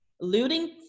looting